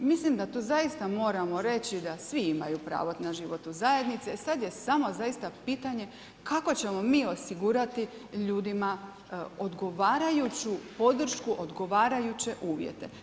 Mislim da tu zaista moramo reći da svi imaju pravo na život u zajednici, sad je samo zaista pitanje kako ćemo mi osigurati ljudima odgovarajuću podršku, odgovarajuće uvjete.